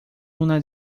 una